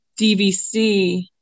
DVC